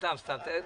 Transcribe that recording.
--- סתם, סתם.